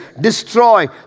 destroy